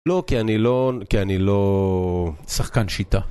לא, כי אני לא... כי אני לא... שחקן שיטה.